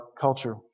culture